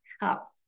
health